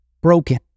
broken